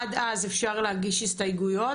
עד אז אפשר להגיש הסתייגויות,